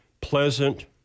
pleasant